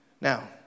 Now